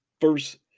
first